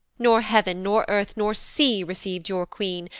nor heav'n, nor earth, nor sea receiv'd your queen,